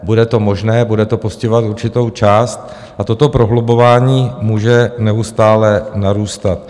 Bude to možné, bude to postihovat určitou část a toto prohlubování může neustále narůstat.